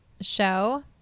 show